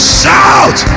shout